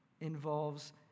involves